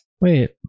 Wait